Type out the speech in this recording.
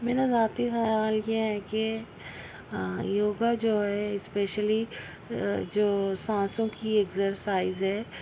میرا ذاتی خیال یہ ہے کہ یوگا جو ہے اسپیشلی جو سانسوں کی اکسرسائز ہے